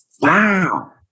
Wow